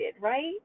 right